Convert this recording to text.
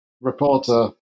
Reporter